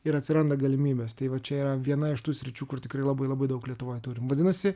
ir atsiranda galimybės tai va čia yra viena iš tų sričių kur tikrai labai labai daug lietuvoj turim vadinasi